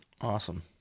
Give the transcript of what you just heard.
Awesome